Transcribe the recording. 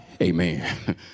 Amen